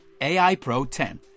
AIPRO10